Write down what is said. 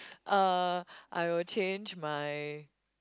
uh I will change my